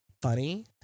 funny